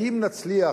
האם נצליח,